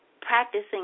practicing